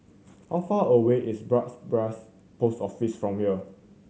how far away is Bras Basah Post Office from here